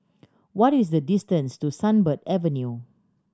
what is the distance to Sunbird Avenue